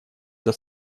для